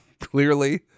clearly